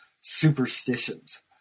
superstitions